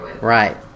right